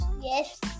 Yes